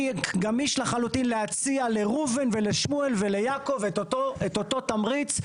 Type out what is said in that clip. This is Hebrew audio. אני גמיש לחלוטין להציע לראובן ולשמואל וליעקב את אותו תמריץ,